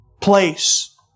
place